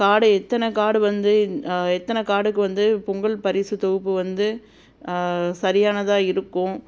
கார்டை எத்தனை கார்டு வந்து எத்தனை கார்டுக்கு வந்து பொங்கல் பரிசு தொகுப்பு வந்து சரியானதாக இருக்கும்